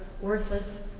worthless